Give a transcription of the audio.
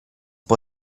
può